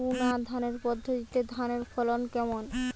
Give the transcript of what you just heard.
বুনাধানের পদ্ধতিতে ধানের ফলন কেমন?